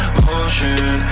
motion